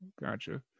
Gotcha